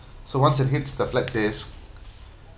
so once it hits the flat disc